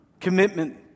commitment